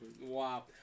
Wow